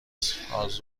ساز